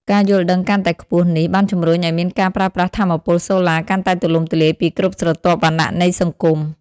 ការយល់ដឹងកាន់តែខ្ពស់នេះ បានជំរុញឱ្យមានការប្រើប្រាស់ថាមពលសូឡាកាន់តែទូលំទូលាយពីគ្រប់ស្រទាប់វណ្ណៈនៃសង្គម។